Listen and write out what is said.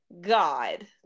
God